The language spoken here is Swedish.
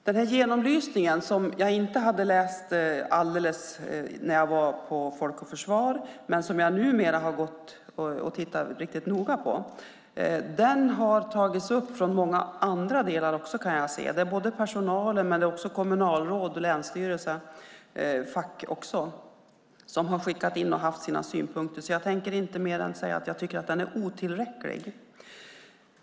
Den här genomlysningen, som jag inte hade läst alldeles noga när jag var på Folk och försvar men som jag nu har tittat riktigt noga på, kan jag se har tagits upp även från många andra. Det är dels personal, dels kommunalråd, länsstyrelser och fack som har skickat in sina synpunkter. Jag tänker inte säga mer än att jag tycker att den är otillräcklig.